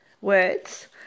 words